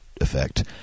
effect